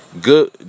good